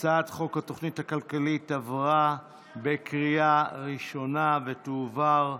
הצעת חוק התוכנית הכלכלית עברה בקריאה ראשונה ותועבר